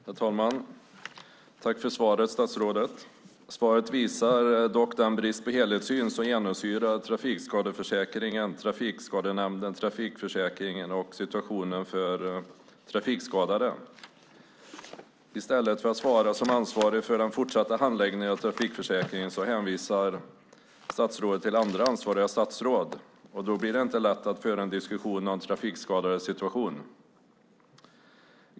Herr talman! Jag vill tacka statsrådet för svaret. Svaret visar dock den brist på helhetssyn som genomsyrar trafikskadeförsäkringen, Trafikskadenämnden, trafikförsäkringen och situationen för trafikskadade. I stället för att svara som ansvarig för den fortsatta handläggningen av trafikförsäkringen hänvisar statsrådet till andra ansvariga statsråd. Då blir det inte lätt att föra en diskussion om de trafikskadades situation.